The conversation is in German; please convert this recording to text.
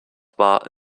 war